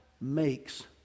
makes